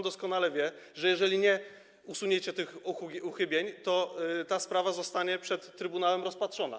Doskonale pan wie, że jeżeli nie usuniecie tych uchybień, to ta sprawa zostanie przed Trybunałem rozpatrzona.